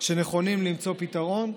שנכונים למצוא פתרון,